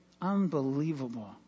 Unbelievable